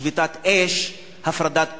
שביתת אש, הפרדת כוחות,